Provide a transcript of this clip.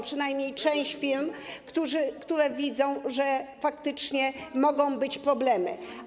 Przynajmniej część firm, które widzą, że faktycznie mogą być problemy.